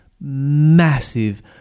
massive